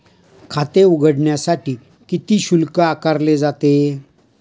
खाते उघडण्यासाठी किती शुल्क आकारले जाते?